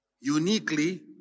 uniquely